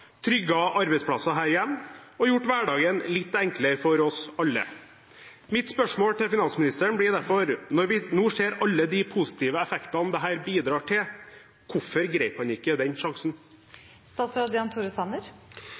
arbeidsplasser her hjemme og gjort hverdagen litt enklere for oss alle. Mitt spørsmål til finansministeren blir derfor: Når vi nå ser alle de positive effektene dette bidrar til, hvorfor grep han ikke den